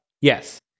Yes